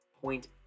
point